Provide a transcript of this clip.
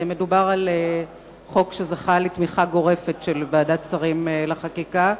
מדובר בחוק שזכה לתמיכה גורפת של ועדת שרים לחקיקה,